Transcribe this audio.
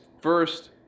first